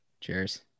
cheers